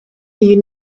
you